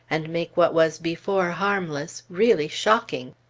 and make what was before harmless, really shocking!